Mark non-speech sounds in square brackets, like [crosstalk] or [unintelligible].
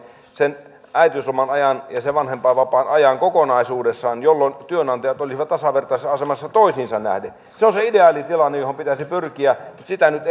sen äitiysloman ajan ja sen vanhempainvapaan ajan kokonaisuudessaan jolloin työnantajat olisivat tasavertaisessa asemassa toisiinsa nähden se on se ideaali tilanne johon pitäisi pyrkiä mutta sitä nyt [unintelligible]